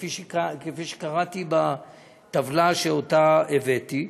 כפי שקראתי בטבלה שהבאתי,